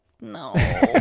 no